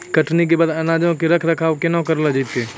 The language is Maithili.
कटनी के बाद अनाजो के रख रखाव केना करलो जैतै?